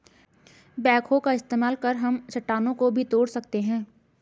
backhoe का इस्तेमाल कर हम चट्टानों को भी तोड़ सकते हैं